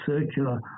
circular